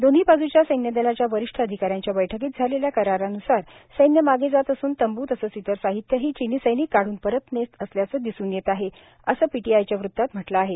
दोन्ही बाजूच्या सैन्यदलाच्या वरिष्ठ अधिकाऱ्यांच्या बैठकीत झालेल्या करारान्सार सैन्य मागे जात असून तंबू तसंच इतर साहित्यही चिनी सैनिक कापून परत नेत असल्याचं दिसून येत आहे असं पीटीआयच्या वृत्तात म्हटलं आहे